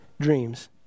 dreams